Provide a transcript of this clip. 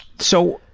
so,